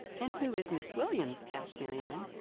and who is miss williams? asked marianne.